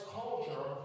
culture